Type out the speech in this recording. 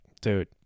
dude